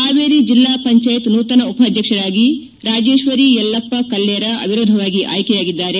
ಹಾವೇರಿ ಜಿಲ್ಲಾ ಪಂಚಾಯತ್ ನೂತನ ಉಪಾಧ್ಯಕ್ಷರಾಗಿ ರಾಜೇಶ್ವರಿ ಯಲ್ಲಪ್ಪ ಕಲ್ಲೇರ ಅವಿರೋಧವಾಗಿ ಆಯ್ಕೆಯಾಗಿದ್ದಾರೆ